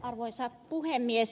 arvoisa puhemies